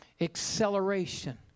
Acceleration